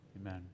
Amen